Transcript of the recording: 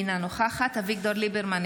אינה נוכחת אביגדור ליברמן,